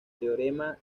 teorema